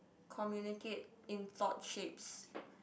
communicate in thought shapes